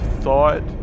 thought